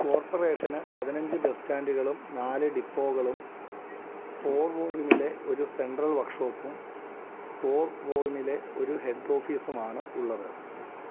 corporation പതിനഞ്ച് bus സ്റ്റാൻഡുകളും നാല് ഡിപ്പോകളും പോർവോറിമിലെ ഒരു സെൻട്രൽ വർക് ക്ഷോപ്പും പോർവോർമിലെ ഒരു ഹെഡ് ഓഫീസുമാണ് ഉള്ളത്